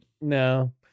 No